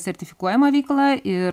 sertifikuojama veikla ir